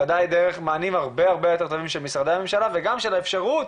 ודאי דרך מענים הרבה הרבה יותר טובים של משרדי הממשלה וגם של האפשרות